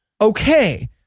Okay